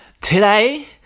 today